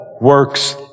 works